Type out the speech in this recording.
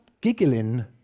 giggling